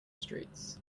streets